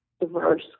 diverse